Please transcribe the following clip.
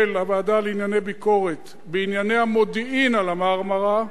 הוועדה לענייני ביקורת בענייני המודיעין על ה"מרמרה",